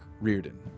Reardon